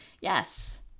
Yes